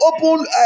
open